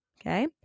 Okay